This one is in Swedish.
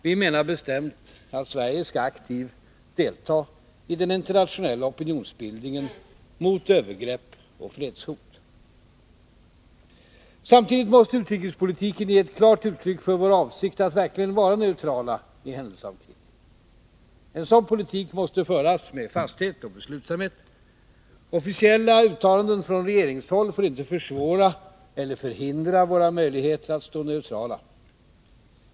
Vi menar bestämt, att Sverige skall aktivt delta i den internationella opinionsbildningen mot övergrepp och fredshot. Samtidigt måste utrikespolitiken ge ett klart uttryck för vår avsikt att verkligen vara neutrala i händelse av krig. En sådan politik måste föras med fasthet och beslutsamhet. Officiella uttalanden från regeringshåll får inte försvåra eller förhindra våra möjligheter att stå neutrala.